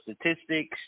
statistics